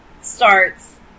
Starts